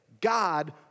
God